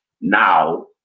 Now